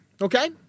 okay